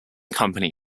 company